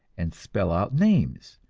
and spell out names,